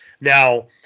Now